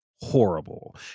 horrible